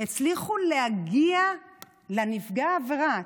הצליחו להגיע לנפגע העבירה.